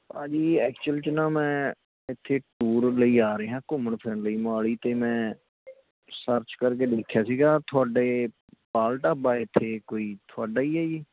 ਭਾਅ ਜੀ ਐਕਚੁਅਲ 'ਚ ਨਾ ਮੈਂ ਇੱਥੇ ਟੂਰ ਲਈ ਆ ਰਿਹਾ ਘੁੰਮਣ ਫਿਰਨ ਲਈ ਮੋਹਾਲੀ ਅਤੇ ਮੈਂ ਸਰਚ ਕਰਕੇ ਦੇਖਿਆ ਸੀ ਤੁਹਾਡੇ ਪਾਲ ਢਾਬਾ ਹੈ ਇੱਥੇ ਕੋਈ ਤੁਹਾਡਾ ਹੀ ਹੈ ਜੀ